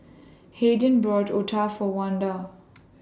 Hayden bought Otah For Wanda